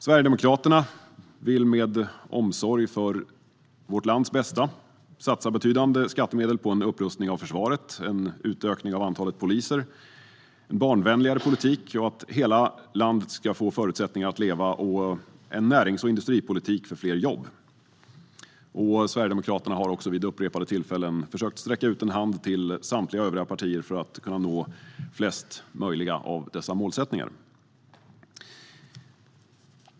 Sverigedemokraterna vill med omsorg om vårt lands bästa satsa betydande skattemedel på en upprustning av försvaret, en utökning av antalet poliser och en barnvänligare politik. Hela landet ska få förutsättningar att leva, och vi ska ha en närings och industripolitik för fler jobb. Sverigedemokraterna har också vid upprepade tillfällen försökt sträcka ut en hand till samtliga övriga partier för att kunna nå så många som möjligt av dessa mål.